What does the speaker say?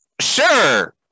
sure